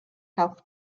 health